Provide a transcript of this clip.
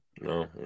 No